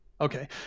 okay